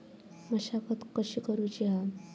मशागत कशी करूची हा?